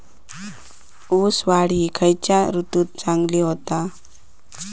ऊस वाढ ही खयच्या ऋतूत चांगली होता?